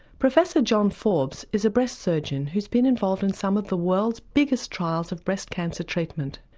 professor john forbes is a breast surgeon who's been involved in some of the world's biggest trials of breast cancer treatment.